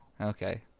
okay